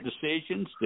decisions